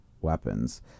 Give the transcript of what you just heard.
weapons